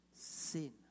Sin